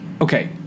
okay